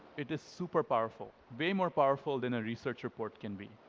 it is super powerful. way more powerful than a research report can be.